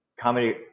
Comedy